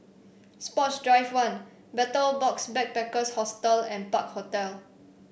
Sports Drive One Betel Box Backpackers Hostel and Park Hotel